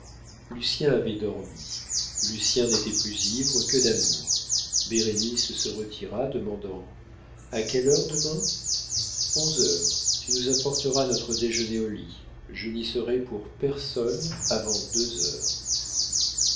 lucien avait dormi lucien n'était plus ivre que d'amour bérénice se retira demandant a quelle heure demain onze heures tu nous apporteras notre déjeuner au lit je n'y serai pour personne avant deux heures